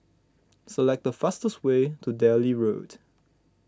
select the fastest way to Delhi Road